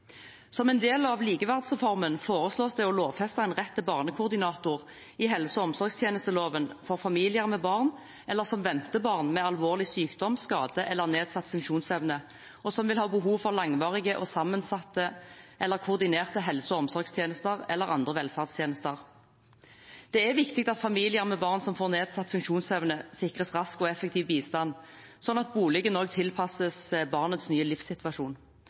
Som en del av likeverdsreformen foreslås det å lovfeste en rett til barnekoordinator i helse- og omsorgstjenesteloven for familier som har eller venter barn med alvorlig sykdom, skade eller nedsatt funksjonsevne, og som vil ha behov for langvarige og sammensatte eller koordinerte helse- og omsorgstjenester eller andre velferdstjenester. Det er viktig at familier med barn som får nedsatt funksjonsevne, sikres rask og effektiv bistand, sånn at boligen også tilpasses barnets nye livssituasjon.